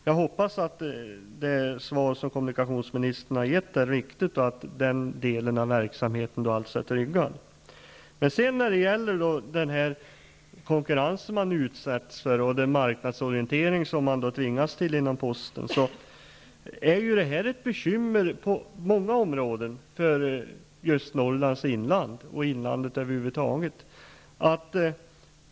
Jag hoppas att det svar som kommunikationsministern har gett är riktigt och att den delen av verksamheten är tryggad. Den konkurrens posten utsätts för och den marknadsorientering som man tvingas till är ett bekymmer på många områden för just Norrlands inland, ja, för inlandet över huvud taget.